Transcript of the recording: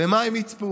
במה הם יצפו,